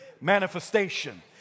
Manifestation